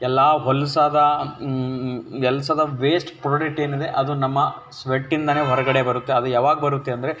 ಎಲ್ಲ ಹೊಲಸಾದ ಹೊಲಸಾದ ವೇಸ್ಟ್ ಪ್ರಾಡಕ್ಟ್ ಏನಿದೆ ಅದು ನಮ್ಮ ಸ್ವೆಟ್ಟಿಂದಾನೇ ಹೊರಗಡೆ ಬರುತ್ತೆ ಅದು ಯಾವಾಗ ಬರುತ್ತೆ ಅಂದರೆ